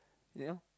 you know